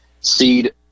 seed